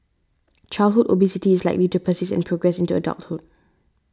childhood obesity is likely to persist and progress into adulthood